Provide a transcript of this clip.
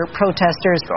protesters